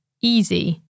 easy